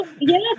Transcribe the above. yes